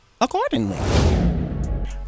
accordingly